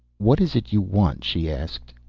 what is it you want? she asked.